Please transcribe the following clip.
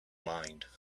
mind